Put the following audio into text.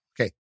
Okay